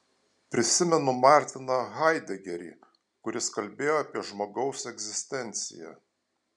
prisimenu martiną haidegerį kuris kalbėjo apie žmogaus egzistenciją